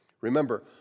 Remember